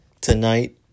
tonight